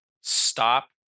stop